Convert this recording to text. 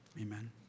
amen